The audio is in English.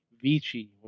Vici